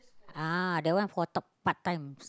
uh that one for talk part time